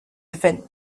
event